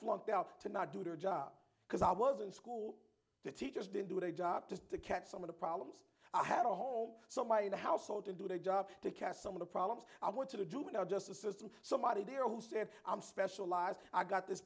flunked out to not do their job because i was in school the teachers didn't do their job just to catch some of the problems i had a home somebody in the household to do their job to catch some of the problems i want to the juvenile justice system somebody there who said i'm specialized i got this